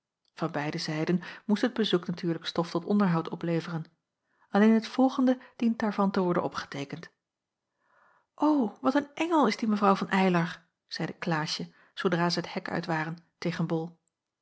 van beide zijden moest het bezoek natuurlijk stof tot onderhoud opleveren alleen het volgende dient daarvan te worden opgeteekend jacob van ennep laasje evenster wat een engel is die mw van eylar zeî klaasje zoodra zij t hek uit waren tegen bol